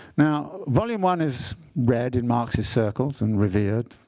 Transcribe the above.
now volume one is read in marxist circles and revered,